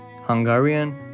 Hungarian